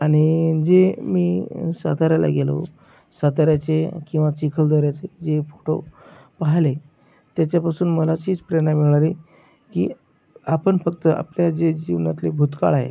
आणि जे मी साताऱ्याला गेलो साताऱ्याचे किंवा चिखलदऱ्याचे जे फोटो पाह्यले त्याच्यापासून मला तीच प्रेरणा मिळाली की आपण फक्त आपल्या जे जीवनातले भूतकाळ आहे